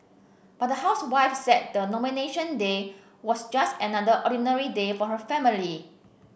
but the housewife said the Nomination Day was just another ordinary day for her family